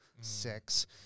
six